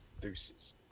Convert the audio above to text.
deuces